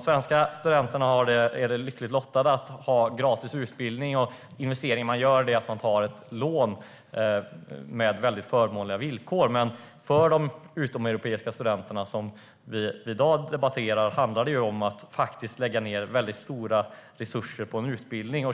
Svenska studenter är lyckligt lottade med gratis utbildning. Den investering man gör är att ta lån med förmånliga villkor. För de utomeuropeiska studenterna handlar det om att lägga ned stora resurser på en utbildning.